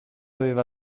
aveva